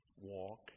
walk